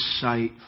sight